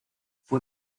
fue